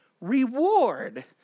reward